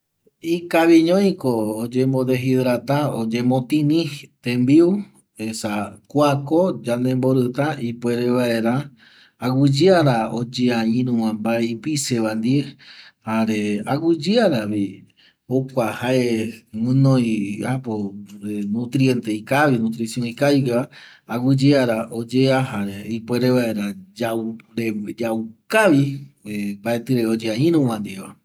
Ikaviñoiko oyembodeshidrata oñemotini tembiu esa kuako yandemborƚta ipuere vaera aguƚyeara oyea mbae ipiseva ndie jare aguƚyearavi jokua jae guƚnoi apo nutriente o nutricion ikavigueva aguƚyeara oyea jare ipuere vaera yaukavi mbaetƚreve oyea iruva ndieva